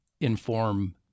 inform